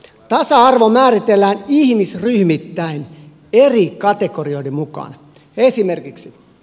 tasa arvo määritellään ihmisryhmittäin eri kategorioiden mukaan esimerkiksi